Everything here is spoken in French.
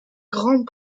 grande